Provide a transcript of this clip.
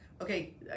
okay